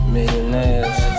Millionaires